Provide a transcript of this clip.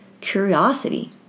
curiosity